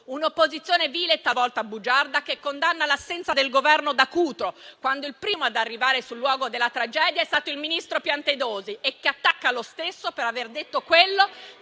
un'opposizione vile e talvolta bugiarda, che condanna l'assenza del Governo da Cutro, quando il primo ad arrivare sul luogo della tragedia è stato il ministro Piantedosi, e che attacca lo stesso *(Commenti)* per aver detto quello